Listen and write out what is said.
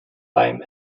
beim